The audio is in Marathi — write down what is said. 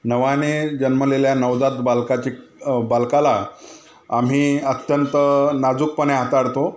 नव्याने जन्मलेल्या नवजात बालकाची बालकाला आम्ही अत्यंत नाजूकपणे हाताळतो